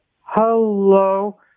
Hello